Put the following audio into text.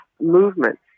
movements